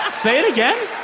say it again